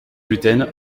gluten